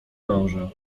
męża